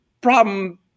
problem